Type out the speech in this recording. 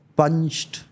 punched